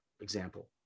example